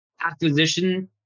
acquisition